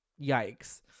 yikes